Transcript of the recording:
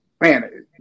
man